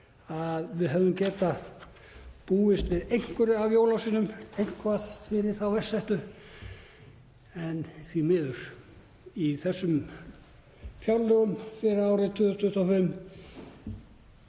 Við hefðum getað búist við einhverju af jólasveininum fyrir þá verst settu en því miður er í þessum fjárlögum fyrir árið 2025